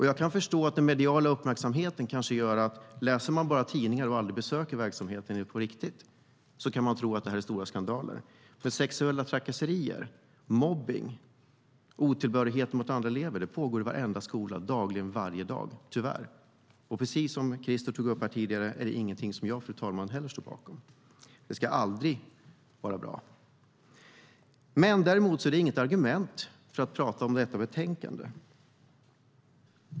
Jag kan förstå att den mediala uppmärksamheten kan göra att man, om man bara läser tidningar och aldrig besöker den riktiga verksamheten, kan tro att det är stora skandaler. Men sexuella trakasserier, mobbning och otillbörligheter mot andra elever pågår i varenda skola varje dag - tyvärr. Precis som Christer tog upp tidigare är detta, fru talman, ingenting som jag står bakom heller. Det ska aldrig vara bra, men det är inget argument för att prata om detta betänkande.